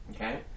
okay